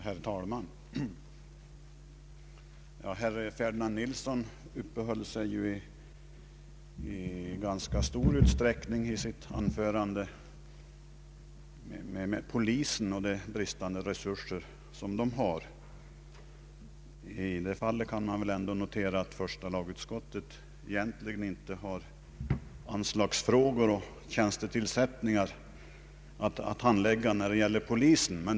Herr talman! Herr Ferdinand Nilsson uppehöll sig i sitt anförande i ganska stor utsträckning vid polisen och dess bristande resurser. I det fallet kan man väl ändå notera, att första lagutskottet egentligen inte har att handlägga anslagsfrågor och tjänstetillsättningar när det gäller polisen.